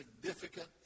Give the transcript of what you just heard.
significant